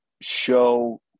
show